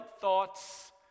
thoughts